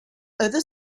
other